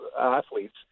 athletes